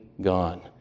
gone